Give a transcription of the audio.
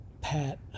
Pat